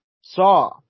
saw